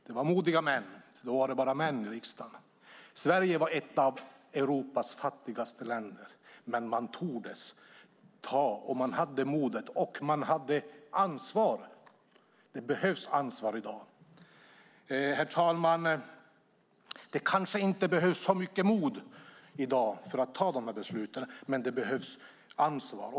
Det var modiga män, för då var det bara män i riksdagen. Sverige var ett av Europas fattigaste länder, men man tordes ta de besluten. Man hade modet, och man tog ansvar. Det behövs ansvar i dag. Herr talman! Det kanske inte behövs så mycket mod i dag för att ta de här besluten, men det behövs ansvar.